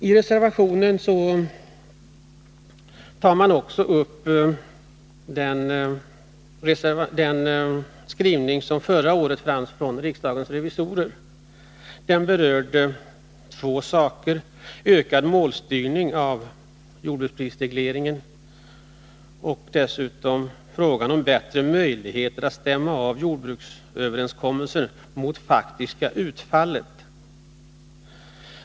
I reservationen tar man också upp den skrivning från riksdagens revisorer förra året som berörde två saker, nämligen ökad målstyrning av jordbruksprisregleringen och frågan om bättre möjligheter att stämma av jordbruksöverenskommelserna mot det faktiska utfallet.